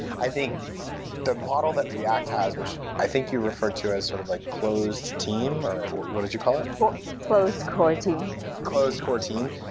i think the model that react has, which i think you referred to as sort of like closed team, or what did you call it? closed core team closed core team.